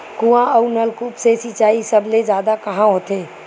कुआं अउ नलकूप से सिंचाई सबले जादा कहां होथे?